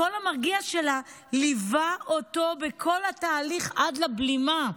הקול המרגיע שלה ליווה אותו בכל התהליך עד לבלימה.